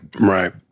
Right